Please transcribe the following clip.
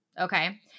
Okay